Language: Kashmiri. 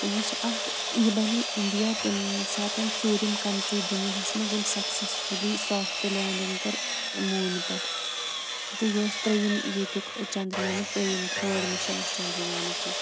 تہٕ یہِ چھِ اَکھ یہِ بَنے اِنڈیا تَمہِ ساتہٕ ژوٗرِم کَنٹِرٛی دُنیاہَس منٛز ییٚمہِ سَکسَسفٕلی سافٹ لینٛڈِنٛگ کٔر موٗنہِ پٮ۪ٹھ تہٕ یہِ اوس ترٛیٚیِم ییٚتیُک چنٛدریانُک ترٛیٚیِم تھٲڈ مِشَن اوس چَنٛدریانُک یہِ